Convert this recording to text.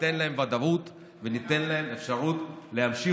ניתן להם ודאות וניתן להם אפשרות להמשיך